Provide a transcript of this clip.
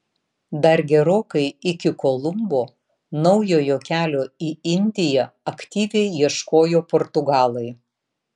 dar gerokai iki kolumbo naujojo kelio į indiją aktyviai ieškojo portugalai